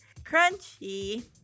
crunchy